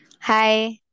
Hi